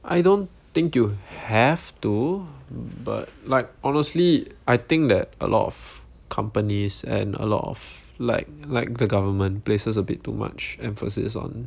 I don't think you have to but like honestly I think that a lot of companies and a lot of like like the government places a bit too much emphasis on